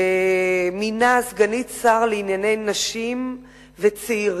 ומינה סגנית שר לענייני נשים וצעירים,